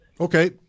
okay